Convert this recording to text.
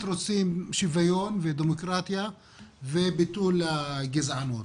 רוצים שוויון ודמוקרטיה וביטול הגזענות.